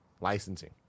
licensing